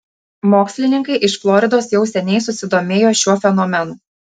mokslininkai iš floridos jau seniai susidomėjo šiuo fenomenu